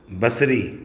बसरी